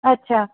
अच्छा